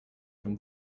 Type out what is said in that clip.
from